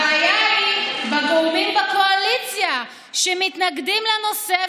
הבעיה היא בגורמים בקואליציה שמתנגדים לנושא,